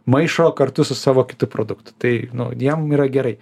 maišo kartu su savo kitu produktu tai nu jam yra gerai